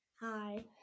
Hi